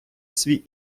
свій